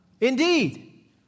Indeed